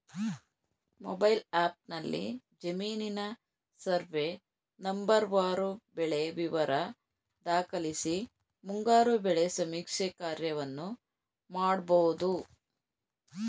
mobile ಆ್ಯಪ್ನಲ್ಲಿ ಜಮೀನಿನ survey ನಂಬರ್ವಾರು ಬೆಳೆ ವಿವರ ದಾಖಲಿಸಿ ಮುಂಗಾರು ಬೆಳೆ ಸಮೀಕ್ಷೆ ಕಾರ್ಯವನ್ನು ಮಾಡ್ಬೋದು